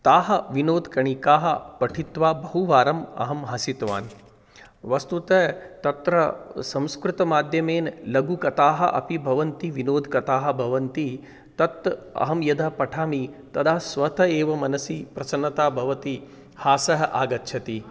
ताः विनोदकणिकाः पठित्वा बहुवारम् अहं हसितवान् वस्तुतः तत्र संस्कृतमाध्यमेन लघुकथाः अपि भवन्ति विनोदकथाः भवन्ति तत् अहं यदा पठामि तदा स्वतः एव मनसि प्रसन्नता भवति हासः आगच्छति